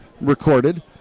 recorded